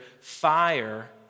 fire